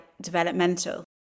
developmental